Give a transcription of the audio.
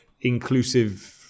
inclusive